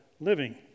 living